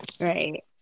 right